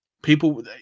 People